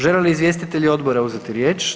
Žele li izvjestitelji odbora uzeti riječ?